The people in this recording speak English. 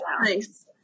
Nice